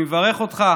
אני מברך אותך,